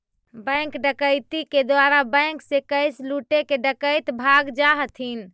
bank डकैती के द्वारा बैंक से कैश लूटके डकैत भाग जा हथिन